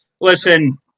listen